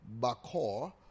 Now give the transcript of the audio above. Bakor